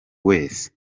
wese